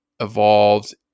evolved